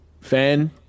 fan